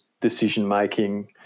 decision-making